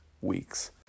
weeks